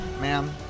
ma'am